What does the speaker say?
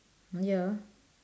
ya